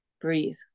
breathe